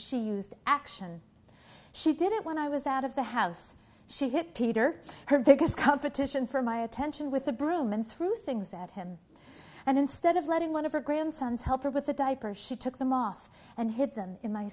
used action she did it when i was out of the house she hit peter her biggest comfort to sion for my attention with a broom and threw things at him and instead of letting one of her grandsons help her with the diapers she took them off and hid them in my